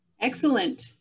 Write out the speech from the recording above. Excellent